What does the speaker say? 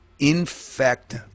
infect